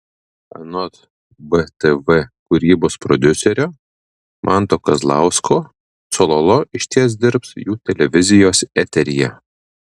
anot btv kūrybos prodiuserio manto kazlausko cololo išties dirbs jų televizijos eteryje